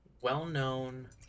well-known